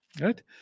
right